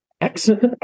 Excellent